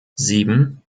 sieben